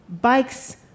bikes